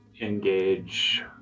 engage